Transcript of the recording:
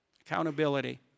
Accountability